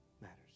matters